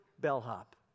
bellhop